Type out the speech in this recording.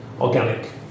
organic